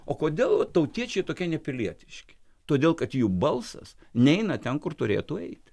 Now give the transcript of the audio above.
o kodėl tautiečiai tokie nepilietiški todėl kad jų balsas neina ten kur turėtų eiti